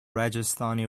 rajasthani